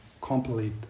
Complete